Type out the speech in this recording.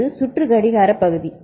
இது சுற்று கடிகார பகுதி